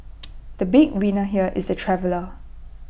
the big winner here is the traveller